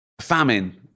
famine